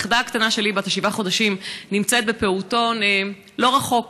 הנכדה הקטנה שלי בת השבעה חודשים נמצאת בפעוטון לא רחוק